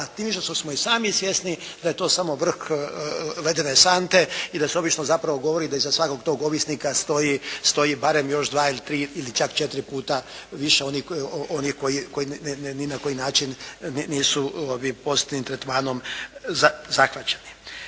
više što smo i sami svjesni da je to samo vrh ledene sante i da se obično govori da iza svakog tog ovisnika stoji barem još dva ili tri, ili čak četiri puta više oni koji ni na koji način nisu posebnim tretmanom zahvaćeni.